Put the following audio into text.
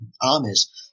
armies